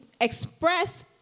express